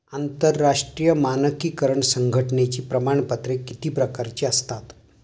आंतरराष्ट्रीय मानकीकरण संघटनेची प्रमाणपत्रे किती प्रकारची असतात?